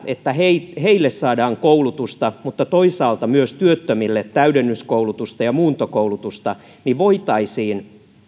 että heille saadaan koulutusta mutta toisaalta myös työttömille täydennyskoulutusta ja muuntokoulutusta jotta voitaisiin